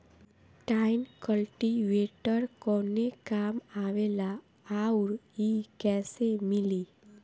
Tine cultivator कवने काम आवेला आउर इ कैसे मिली?